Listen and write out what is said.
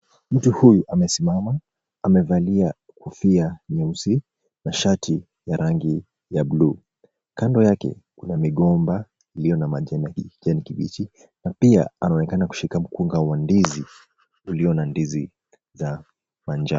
Mtu huyu amesimama amevalia kofia nyeusi na shati ya rangi ya buluu. Kando yake kuna migomba iliyo na majani ya kijani kibichi na pia anaonekana kushika mkunga wa ndizi ulio na ndizi ya manjano.